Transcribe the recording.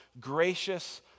gracious